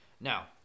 Now